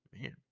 Man